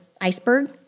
iceberg